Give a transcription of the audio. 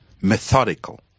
methodical